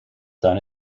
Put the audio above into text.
done